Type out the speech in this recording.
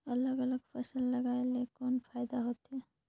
अलग अलग फसल लगाय ले कौन फायदा होथे?